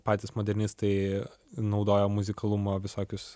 patys modernistai naudojo muzikalumo visokius